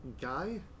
Guy